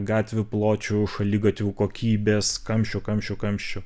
gatvių pločių šaligatvių kokybės kamščių kamščių kamščių